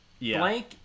Blank